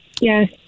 Yes